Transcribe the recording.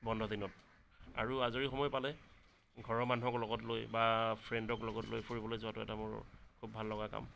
বন্ধ দিনত আৰু আজৰি সময় পালে ঘৰৰ মানুহক লগত লৈ বা ফ্ৰেণ্ডক লগত লৈ ফুৰিবলৈ যোৱাতো এটা মোৰ খুব ভাল লগা কাম